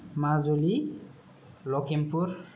Majuli Lakhimpur